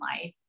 life